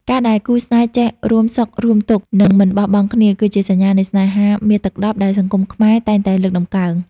ការដែលគូស្នេហ៍ចេះ "រួមសុខរួមទុក្ខ និងមិនបោះបង់គ្នា" គឺជាសញ្ញានៃស្នេហាមាសទឹកដប់ដែលសង្គមខ្មែរតែងតែលើកតម្កើង។